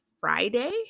Friday